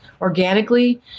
organically